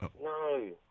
No